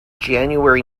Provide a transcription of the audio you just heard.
january